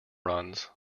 runs